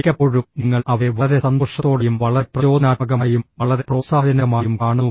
മിക്കപ്പോഴും നിങ്ങൾ അവരെ വളരെ സന്തോഷത്തോടെയും വളരെ പ്രചോദനാത്മകമായും വളരെ പ്രോത്സാഹജനകമായും കാണുന്നു